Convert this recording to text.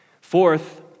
Fourth